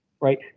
right